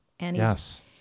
Yes